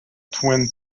twin